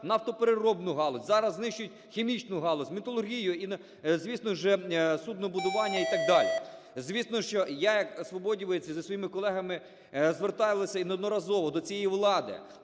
нафтопереробну галузь, зараз знищують хімічну галузь, металургію, і звісно ж суднобудування і така далі. Звісно, що я як свободівець зі своїми колегами зверталися і неодноразово до цієї влади: